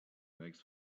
makes